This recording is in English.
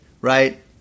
right